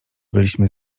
byliśmy